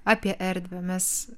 apie erdvę mes